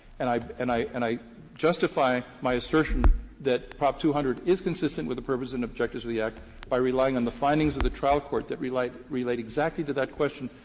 and i and i and i justify my assertion that prop two hundred is consistent with the purpose and objectives of the act by relying on the findings of the trial court that relate relate exactly to that question,